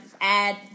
add